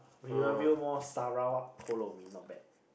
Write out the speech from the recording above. Rivervale-Mall Sarawak Kolo-Mee not bad